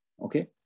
Okay